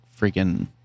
freaking